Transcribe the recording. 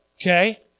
Okay